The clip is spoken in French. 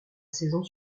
saison